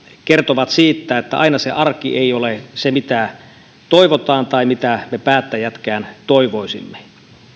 kertovat siitä että aina se arki ei ole se mitä toivotaan tai mitä me päättäjätkään toivoisimme